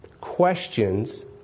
questions